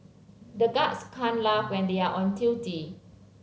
the guards can't laugh when they are on duty